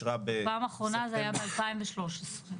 שהמרחק הגאוגרפי ביניהם לא עולה על 20 קילומטר,